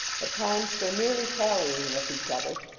at times so nearly tallying with each other,